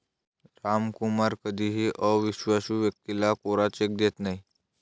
रामकुमार कधीही अविश्वासू व्यक्तीला कोरा चेक देत नाही